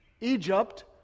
Egypt